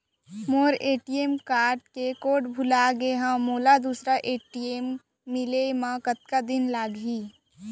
मोर ATM card के code भुला गे हव, मोला दूसर ए.टी.एम मिले म कतका दिन लागही?